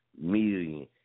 million